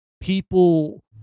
people